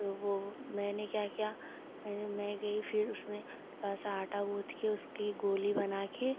तो वो मैंने क्या किया मैंने मैं गई फिर उसमें थोड़ा सा आँटा गूँथ कर उसकी गोली बना कर